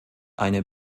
eine